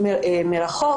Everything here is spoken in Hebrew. מרחוק?